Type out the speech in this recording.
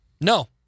No